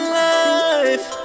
life